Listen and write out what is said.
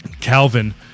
Calvin